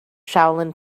shaolin